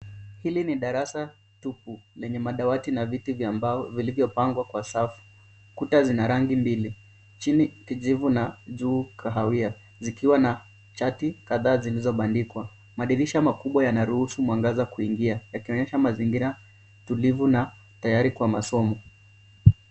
Hili ni darasa tupu, lenye madawati na viti vya mbao vilivyopangwa kwa safu. Kuta zina rangi mbili, chini kijivu na juu kahawia, zikiwa na chati kadhaa zilizobandikwa. Madirisha makubwa yanaruhusu mwangaza kuingia, yakionyesha mazingira tulivu na tayari kwa masomo.